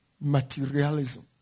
Materialism